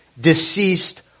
deceased